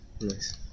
nice